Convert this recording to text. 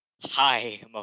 Hi